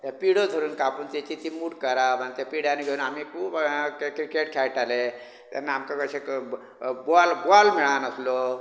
हो पिडो धरून कापून ताची ती मूठ करप आनी त्या पिड्यानी घेवन आमी खूब क्रिकेट खेळटाले तेन्ना आमकां कशे बॉल मेळनासलो